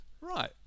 right